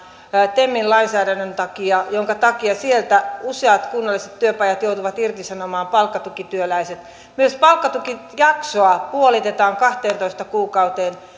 temin lainsäädännön takia jonka takia useat kunnalliset työpajat joutuvat irtisanomaan palkkatukityöläiset myös palkkatukijaksoa puolitetaan kahteentoista kuukauteen